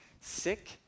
sick